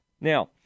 Now